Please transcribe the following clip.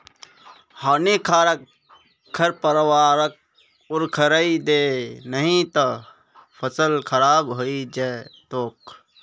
हानिकारक खरपतवारक उखड़इ दे नही त फसल खराब हइ जै तोक